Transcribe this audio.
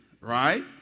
right